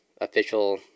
official